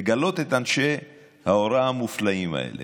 לגלות את אנשי ההוראה המופלאים האלה,